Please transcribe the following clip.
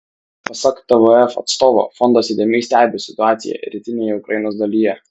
pasak tvf atstovo fondas įdėmiai stebi situaciją rytinėje ukrainos dalyje